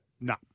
No